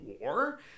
War